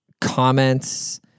comments